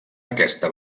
aquesta